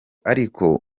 ariko